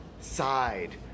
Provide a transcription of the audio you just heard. side